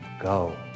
go